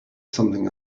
something